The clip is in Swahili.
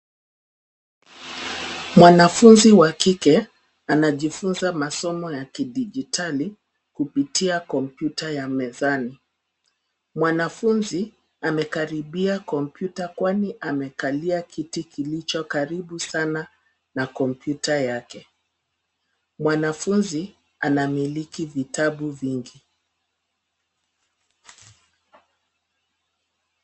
Mwanafunzi wa kike anajifunzi masomo ya kidijitali kupitia kompyuta ya mezani. Mwanafunzi amekaribia kompyuta kwa ni amekalia kiti kilicho karibu sana na kompyuta yake. Mwnafunzi anamiliki vitabu vingi.